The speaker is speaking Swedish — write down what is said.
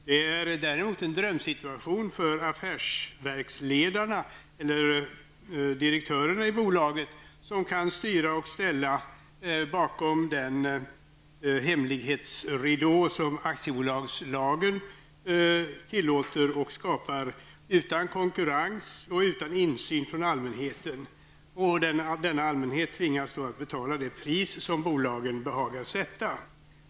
Det är däremot en drömsituation för affärsverksledarna, eller direktörerna i bolagen som kan styra och ställa bakom den hemlighetsridå som aktiebolagslagen tillåter och skapar utan konkurrens och utan insyn från allmänheten. Denna allmänhet tvingas då att betala det pris som bolagen behagar sätta.